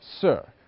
Sir